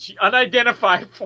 unidentified